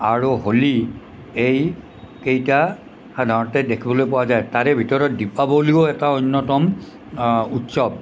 আৰু হোলী এইকেইটা সাধাৰণতে দেখিবলৈ পোৱা যায় তাৰে ভিতৰত দীপাৱলীও এটা অন্য়তম উৎসৱ